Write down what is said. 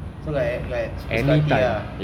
so like like suka suka hati ah